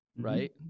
right